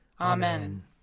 Amen